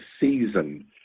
season